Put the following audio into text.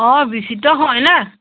অঁ বিচিত্ৰ হয়নে